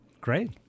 great